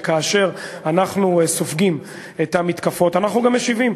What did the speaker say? וכאשר אנחנו סופגים את המתקפות אנחנו גם משיבים,